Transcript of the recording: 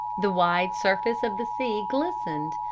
the wide surface of the sea glistened.